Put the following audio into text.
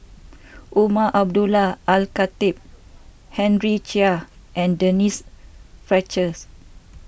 Umar Abdullah Al Khatib Henry Chia and Denise Fletchers